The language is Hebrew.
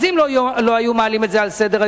אם לא היו מעלים את זה על סדר-היום,